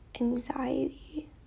anxiety